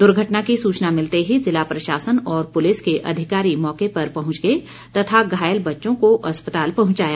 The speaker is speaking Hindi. दुर्घटना की सूचना मिलते ही जिला प्रशासन और पुलिस के अधिकारी मौके पर पहुंच गए तथा घायल बच्चों को अस्पताल पहुंचाया